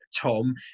Tom